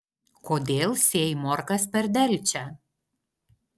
kodėl sėjai morkas per delčią